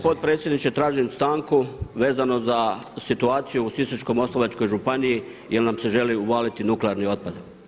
potpredsjedniče tražim stanku vezano za situaciju u Sisačko-moslavačkoj županiji jer nam se želi uvaliti nuklearni otpad.